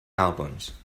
albums